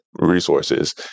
resources